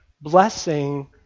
Blessing